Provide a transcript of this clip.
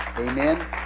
Amen